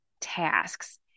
tasks